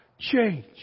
change